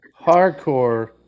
hardcore